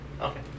Okay